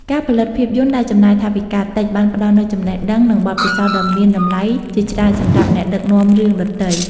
ការផលិតភាពយន្តដែលចំណាយថវិកាតិចបានផ្ដល់នូវចំណេះដឹង និងបទពិសោធន៍ដ៏មានតម្លៃជាច្រើនសម្រាប់អ្នកដឹកនាំរឿងដទៃ។